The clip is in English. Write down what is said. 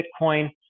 Bitcoin